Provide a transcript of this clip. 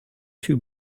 two